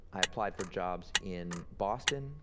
i applied for jobs in boston,